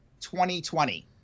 2020